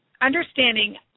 understanding